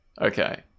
Okay